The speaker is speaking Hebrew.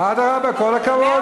אדרבה, כל הכבוד.